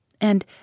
And